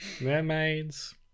Mermaids